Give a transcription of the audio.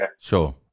Sure